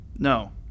No